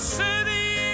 city